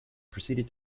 proceeded